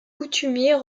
coutumier